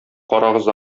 карагыз